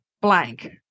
blank